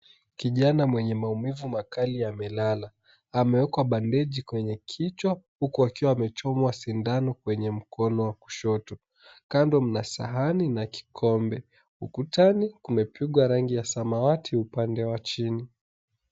Kijana mwenye maumivu makali amelala. Amewekwa bandeji kwenye kichwa huku akiwa amechomwa sindano kwenye mkono wa kushoto. Kando mna sahani na kikombe. Ukutani kumepigwa rangi ya samawati upande wa chini.